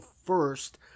first